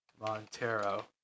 Montero